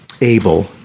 Abel